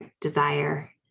desire